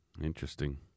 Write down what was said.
Interesting